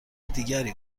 دیگری